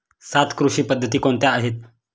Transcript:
सात कृषी पद्धती कोणत्या आहेत?